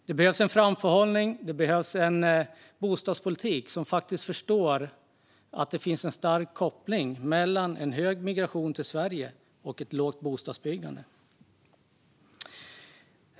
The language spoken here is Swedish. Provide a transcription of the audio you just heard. Det behövs en framförhållning, och det behövs en bostadspolitik där man förstår att det finns en stark koppling mellan en hög migration till Sverige och ett lågt bostadsbyggande.